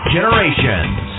Generations